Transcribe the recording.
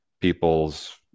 People's